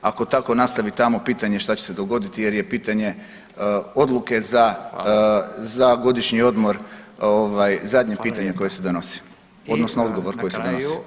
Ako tako nastavi tamo pitanje je što će se dogoditi, jer je pitanje odluke za godišnji odmor zadnje pitanje koje se donosi, odnosno odgovor koji se donosi.